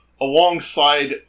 alongside